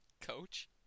coach